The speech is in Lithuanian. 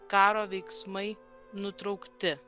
karo veiksmai nutraukti